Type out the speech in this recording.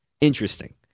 interesting